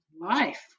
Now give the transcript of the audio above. life